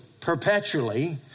perpetually